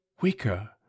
Weaker